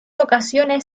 ocasiones